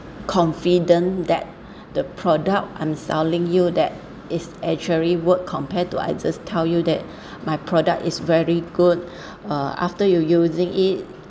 confident that the product I'm selling you that is actually work compared to I just tell you that my product is very good uh after you using it